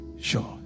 sure